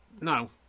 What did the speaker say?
No